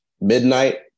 midnight